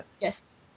Yes